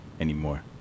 anymore